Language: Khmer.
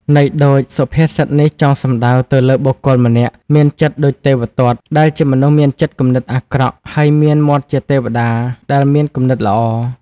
ន័យដូចសុភាសិតនេះចង់សំដៅទៅលើបុគ្គលម្នាក់ មានចិត្តដូចទេវទត្ត ដែលជាមនុស្សមានចិត្តគំនិតអាក្រក់ ហើយមានមាត់ជាទេព្តាដែលមានគំនិតល្អ។